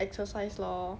exercise lor